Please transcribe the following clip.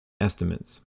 estimates